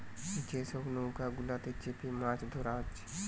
যে সব নৌকা গুলাতে চেপে মাছ ধোরা হচ্ছে